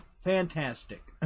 Fantastic